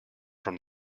from